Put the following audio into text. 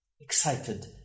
excited